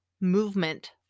movement